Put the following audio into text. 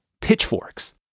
pitchforks